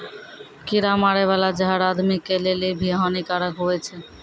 कीड़ा मारै बाला जहर आदमी के लेली भी हानि कारक हुवै छै